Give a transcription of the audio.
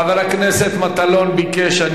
חבר הכנסת מטלון ביקש,